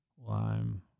lime